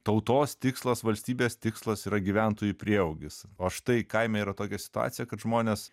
tautos tikslas valstybės tikslas yra gyventojų prieaugis o štai kaime yra tokia situacija kad žmonės